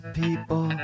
people